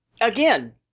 again